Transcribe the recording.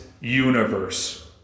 universe